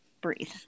Breathe